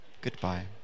Goodbye